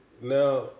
Now